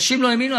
אנשים לא האמינו,